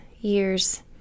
years